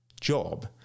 job